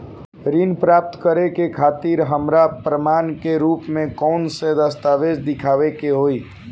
ऋण प्राप्त करे के खातिर हमरा प्रमाण के रूप में कउन से दस्तावेज़ दिखावे के होइ?